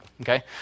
Okay